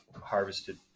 harvested